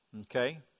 Okay